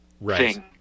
Right